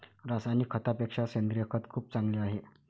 रासायनिक खतापेक्षा सेंद्रिय खत खूप चांगले आहे